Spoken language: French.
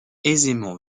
aisément